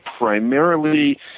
Primarily